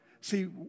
See